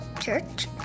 Church